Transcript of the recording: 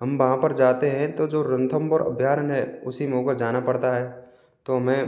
हम वहाँ पर जाते हैं तो जो रणथंबोर अभ्यारण है उसी में होकर जाना पड़ता है तो मैं